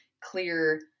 clear